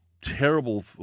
terrible